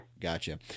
Gotcha